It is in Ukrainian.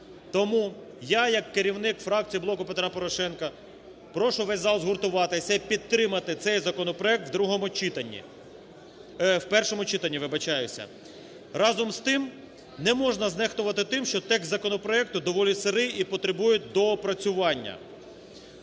Тому я як керівник фракції "Блоку Петра Порошенка" прошу весь зал згуртуватися і підтримати цей законопроект в другому читанні… в першому читанні, вибачаюся. Разом з тим, не можна знехтувати тим, що текст законопроекту доволі сирий і потребує доопрацювання.